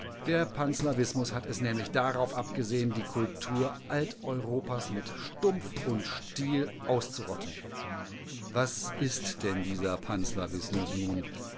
der panslavismus hat es nämlich darauf abgesehen die kultur alteuropas mit stumpf und stiel auszurotten was ist denn dieser panslavismus nun